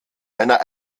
einer